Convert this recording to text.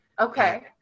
Okay